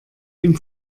dem